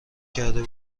کرده